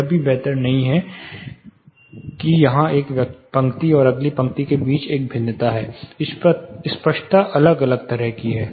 यह भी बेहतर नहीं है कि यहाँ एक पंक्ति और अगली पंक्ति के बीच एक भिन्नता है स्पष्टता अलग तरह का है